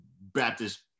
Baptist